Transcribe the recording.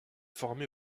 formé